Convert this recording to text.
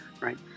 right